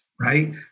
right